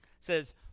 says